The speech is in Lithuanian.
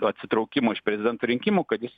atsitraukimo iš prezidento rinkimų kad jis